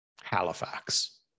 Halifax